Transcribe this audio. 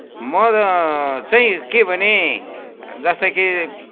म चाहिँ के भने जस्तो कि